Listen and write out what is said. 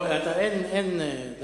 לוועדה.